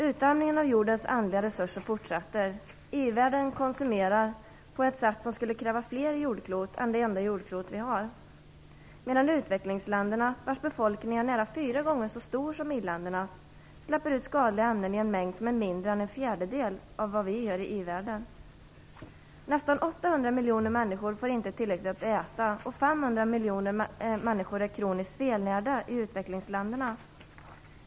Utarmningen av jordens ändliga resurser fortsätter. I-världen konsumerar på ett sätt som skulle kräva fler jordklot än det enda jordklot som vi har, medan utvecklingsländerna, vilkas befolkning är nära fyra gånger så stor som i-ländernas, släpper ut skadliga ämnen i en mängd som är mindre än en fjärdedel av vad vi gör i i-världen. Nästan 800 miljoner människor får inte tillräckligt att äta, och 500 miljoner människor är kroniskt felnärda i utvecklingsländerna.